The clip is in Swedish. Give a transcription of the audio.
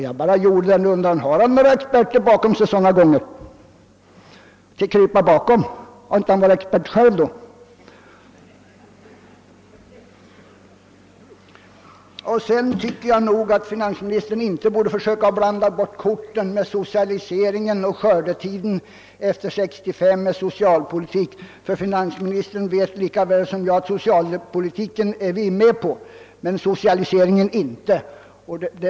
Jag undrade bara: Har finansministern några experter att krypa bakom vid sådana tillfällen? Har finansministern inte varit expert själv då? Vidare tycker jag att finansministern inte borde försöka blanda ihop korten när det gäller socialiseringen och skördetiden efter 1945 med de sociala reformerna, ty finansministern vet lika väl som jag att socialpolitiken är vi med på, men socialiseringen är vi inte med på.